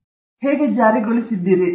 ನಾವು ಮಾದರಿಯನ್ನು ಹೇಗೆ ಜಾರಿಗೊಳಿಸಿದ್ದೇವೆ